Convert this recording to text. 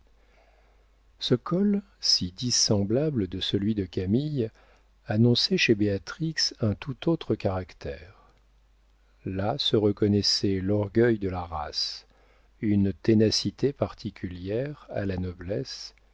ce col si dissemblable de celui de camille annonçait chez béatrix un tout autre caractère là se reconnaissaient l'orgueil de la race une ténacité particulière à la noblesse